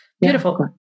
beautiful